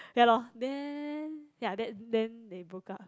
ya lor then ya that then they broke up